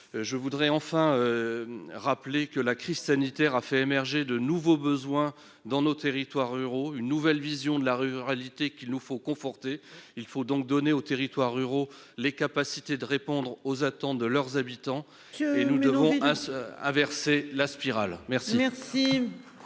Je voudrais enfin. Rappeler que la crise sanitaire a fait émerger de nouveaux besoins dans nos territoires ruraux, une nouvelle vision de la ruralité qu'il nous faut conforter, il faut donc donner aux territoires ruraux les capacités de répondre aux attentes de leurs habitants et nous devons hein s'inverser la spirale. Merci.